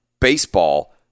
baseball